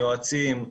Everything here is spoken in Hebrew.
יועצים.